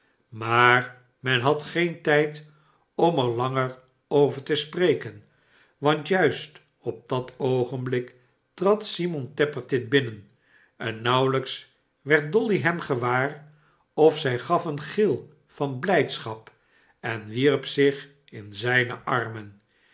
maar men had geen tijd om er langer over te spreken want juist op dat oogenblik trad simon tappertit binnen en nauwehjks werd dolly hem gewaar of zij gaf een gil van blijdschap en wierp zich in zijne armen